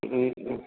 हुँ